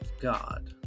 God